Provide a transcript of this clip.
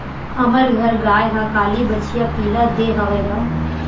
हमर घर गाय ह काली बछिया पिला दे हवय गा